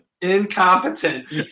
Incompetent